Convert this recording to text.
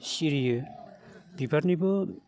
सिरियो बिबारनिबो